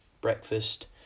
breakfast